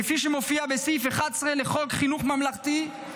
כפי שמופיע בסעיף 11 לחוק חינוך ממלכתי,